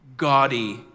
gaudy